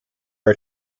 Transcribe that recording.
are